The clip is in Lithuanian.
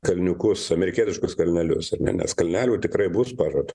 kalniukus amerikietiškus kalnelius ar ne nes kalnelių tikrai bus pažad